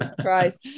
Christ